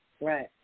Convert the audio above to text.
Right